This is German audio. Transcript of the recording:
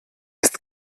ist